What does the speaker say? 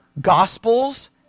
Gospels